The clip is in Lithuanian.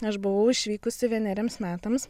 aš buvau išvykusi vieneriems metams